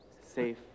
Safe